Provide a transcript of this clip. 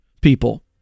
people